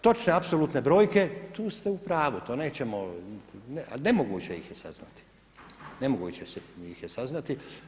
Točne apsolutne brojke tu ste u pravu, to nećemo ali nemoguće ih je saznati, nemoguće ih je saznati.